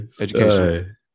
Education